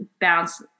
bounce